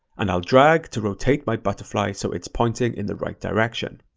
and i'll drag to rotate my butterfly so it's pointing in the right direction.